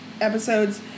episodes